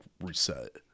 reset